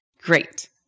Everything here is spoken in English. Great